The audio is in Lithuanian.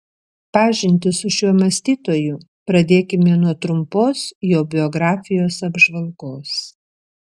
pažintį su šiuo mąstytoju pradėkime nuo trumpos jo biografijos apžvalgos